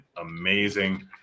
amazing